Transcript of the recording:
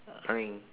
ah ming